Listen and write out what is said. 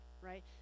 right